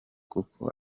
kuko